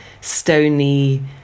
stony